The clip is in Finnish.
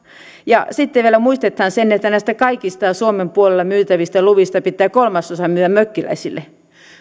ja sitten vielä muistetaan se että näistä kaikista suomen puolella myytävistä luvista pitää kolmasosa myydä mökkiläisille